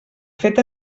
fet